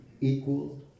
equal